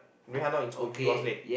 Wei-Han not in school he was late